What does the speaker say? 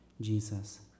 Jesus